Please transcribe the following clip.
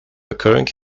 occurring